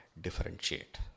Differentiate